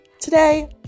Today